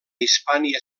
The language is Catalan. hispània